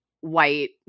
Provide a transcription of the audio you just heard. white